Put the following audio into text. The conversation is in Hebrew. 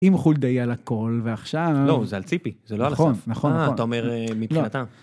אם חולדאי על הכל ועכשיו... לא, זה על ציפי, זה לא על אסף. נכון, נכון, נכון. אה, אתה אומר מבחינתם.